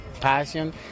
passion